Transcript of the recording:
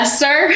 sir